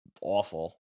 awful